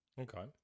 okay